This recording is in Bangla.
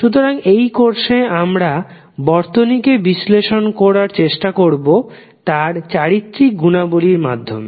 সুতরাং এই কোর্সে আমরা বর্তনীকে বিশ্লেষণ করার চেষ্টা করবো তার চারিত্রিক গুণাবলীর মাধ্যমে